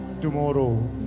Tomorrow